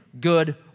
good